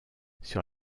sur